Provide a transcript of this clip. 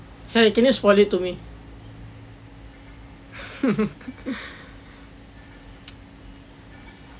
!hey! can you spoil it to me